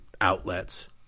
outlets